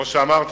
כמו שאמרתי,